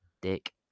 Dick